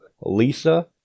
Lisa